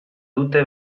dute